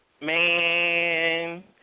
Man